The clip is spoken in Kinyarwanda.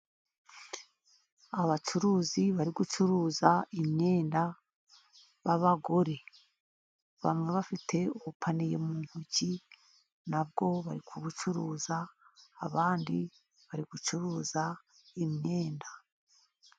Abacuruzi bari gucuruza imyenda b'abagore, bamwe bafite ubupaniye mu ntoki nabwo bari kubucuruza, abandi bari gucuruza imyenda.